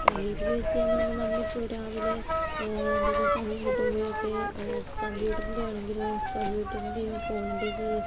സാങ്കേതികവിദ്യ എന്ന് പറഞ്ഞാൽ നമ്മളിപ്പോൾ രാവിലെ എന്തെങ്കിലും സമയം കിട്ടുമ്പോഴൊക്കെ കമ്പ്യൂട്ടറിന്റെ ആണെങ്കിലും കമ്പ്യൂട്ടറിന്റെയും ഫോണിന്റെയൊക്കെ